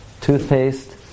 toothpaste